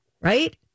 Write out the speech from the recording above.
right